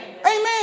Amen